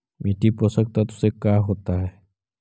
मिट्टी पोषक तत्त्व से का होता है?